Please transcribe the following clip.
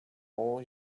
all